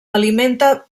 alimenta